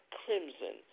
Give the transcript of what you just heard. crimson